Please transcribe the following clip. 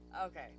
Okay